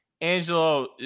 Angelo